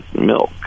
milk